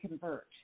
convert